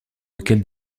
lequel